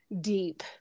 deep